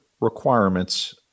Requirements